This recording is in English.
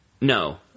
No